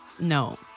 no